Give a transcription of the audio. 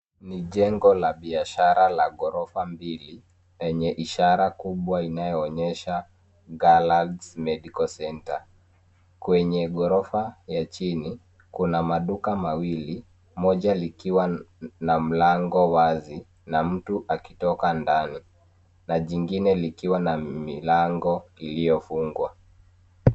Ni jengo la biashara la ghorofa mbili lenye ishara kubwa inayoonyesha Galads Medical Centre. Kwenye ghorofa ya chini kuna maduka mawili moja likiwa na mlango wazi na mtu akitoka ndani na jingine ikiwa na mlango iliyofungwa.